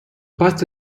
parte